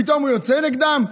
פתאום הוא יוצא נגדם.